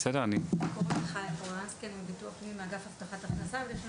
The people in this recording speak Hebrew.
חיה פורז מביטוח לאומי מאגף הבטחת הכנסה וגם